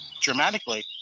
dramatically